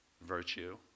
virtue